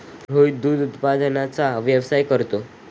रोहित दुग्ध उत्पादनाचा व्यवसाय करतो